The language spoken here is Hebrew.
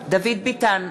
דוד ביטן,